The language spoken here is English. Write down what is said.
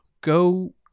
go